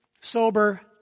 sober